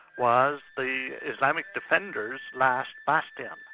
was the islam ah defenders' last bastion.